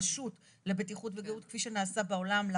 רשות לבטיחות וגהות, כפי שנעשה בעולם.